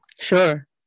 Sure